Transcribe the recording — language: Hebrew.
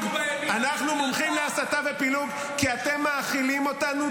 ------- אנחנו מומחים להסתה ופילוג,